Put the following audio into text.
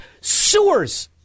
sewers